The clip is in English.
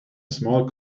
small